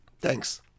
Thanks